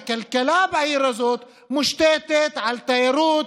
הכלכלה בעיר הזאת מושתתת על תיירות,